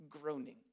groaning